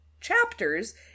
chapters